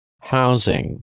housing